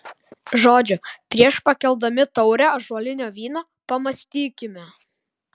žodžiu prieš pakeldami taurę ąžuolinio vyno pamąstykime